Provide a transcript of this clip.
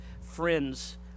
friends